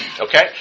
Okay